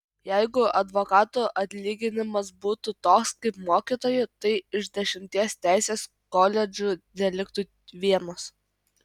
jeigu advokatų atlyginimas būtų toks kaip mokytojų tai iš dešimties teisės koledžų teliktų vienas